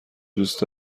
دوست